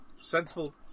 Sensible